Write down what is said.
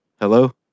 Hello